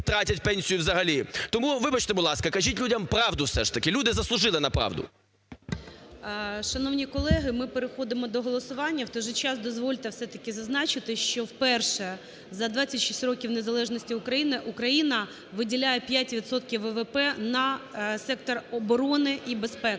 будь ласка, кажіть людям правду все ж таки, люди заслужили на правду. ГОЛОВУЮЧИЙ. Шановні колеги, ми переходимо до голосування. В той же час, дозвольте все-таки зазначити, що вперше за 26 років незалежності України Україна виділяє 5 відсотків ВВП на сектор оборони і безпеки,